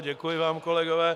Děkuji vám, kolegové.